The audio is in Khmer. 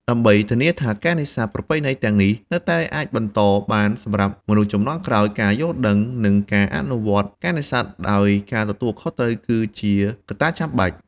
ដើម្បីធានាថាការនេសាទប្រពៃណីទាំងនេះនៅតែអាចបន្តបានសម្រាប់មនុស្សជំនាន់ក្រោយ ការយល់ដឹង និងការអនុវត្តការនេសាទដោយការទទួលខុសត្រូវ គឺជាកត្តាចាំបាច់។